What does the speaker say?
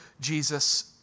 Jesus